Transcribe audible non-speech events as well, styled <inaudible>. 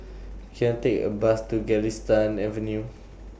Can I Take A Bus to Galistan Avenue <noise>